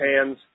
hands